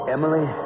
Emily